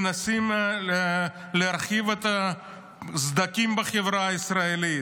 מנסים להרחיב את הסדקים בחברה הישראלית,